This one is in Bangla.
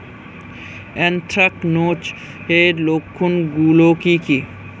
এ্যানথ্রাকনোজ এর লক্ষণ গুলো কি কি?